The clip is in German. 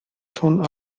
tun